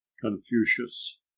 Confucius